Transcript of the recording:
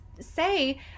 say